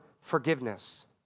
forgiveness